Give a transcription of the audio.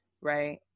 right